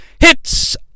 Hits